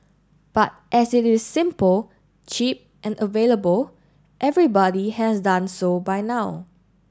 but as it is simple cheap and available everybody has done so by now